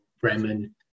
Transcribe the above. Bremen